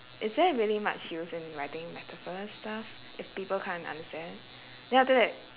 is there really much use in writing metaphor stuff if people can't understand then after that